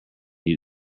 you